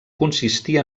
consistir